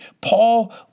Paul